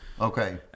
Okay